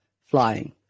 flying